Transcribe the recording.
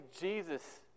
Jesus